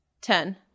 ten